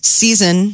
season